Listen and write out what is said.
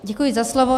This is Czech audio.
Děkuji za slovo.